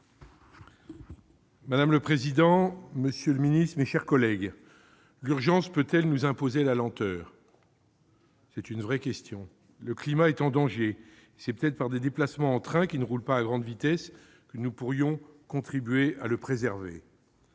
Madame la présidente, monsieur le secrétaire d'État, mes chers collègues, l'urgence peut-elle nous imposer la lenteur ? C'est une vraie question. Le climat est en danger, et c'est peut-être par des déplacements en trains qui ne roulent pas à grande vitesse que nous pourrions contribuer à le préserver.